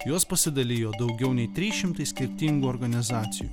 juos pasidalijo daugiau nei trys šimtai skirtingų organizacijų